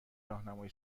راهنمای